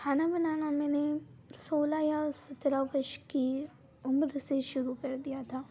खाना बनाना मैंने सोलह या सत्रह वर्ष की उमर से शुरू कर दिया था